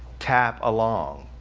tap along.